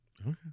Okay